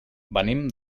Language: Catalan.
venim